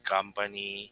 Company